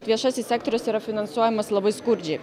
viešasis sektorius yra finansuojamas labai skurdžiai